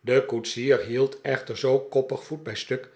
de koetsier hield echter zoo koppig voet bij stuk